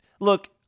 look